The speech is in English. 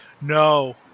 no